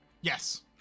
Yes